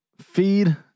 feed